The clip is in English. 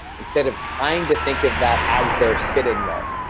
instead of trying to think of that as they're sitting there.